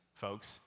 folks